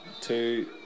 Two